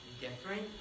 different